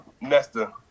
Nesta